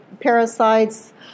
parasites